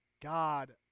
God